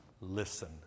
listen